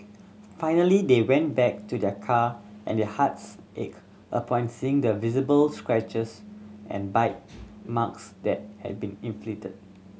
finally they went back to their car and their hearts ached upon seeing the visible scratches and bite marks that had been inflicted